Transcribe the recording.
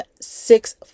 six